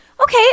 Okay